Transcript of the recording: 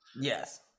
Yes